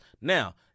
Now